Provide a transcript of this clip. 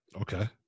Okay